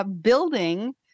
building